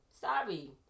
Sorry